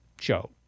show